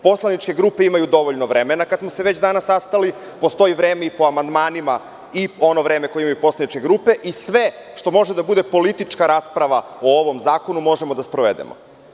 Poslaničke grupe imaju dovoljno vremena, kad smo se već danas sastali, postoji vreme po amandmanima i ono vreme koje imaju poslaničke grupe i sve što može da bude politička rasprava u ovom zakonu možemo da sprovedemo.